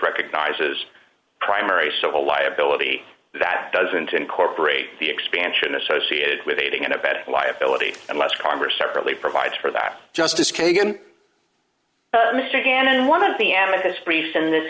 recognizes primary civil liability that doesn't incorporate the expansion associated with aiding and abetting liability unless congress really provides for that justice kagan mr gannon one of the